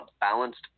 balanced